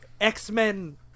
X-Men